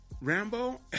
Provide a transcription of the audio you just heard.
Rambo